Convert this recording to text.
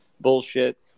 bullshit